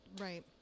Right